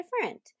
different